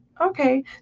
Okay